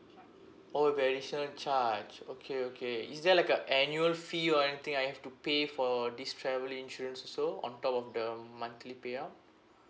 oh additional charge okay okay is there like a annual fee or anything I have to pay for this travel insurance also on top of the monthly payout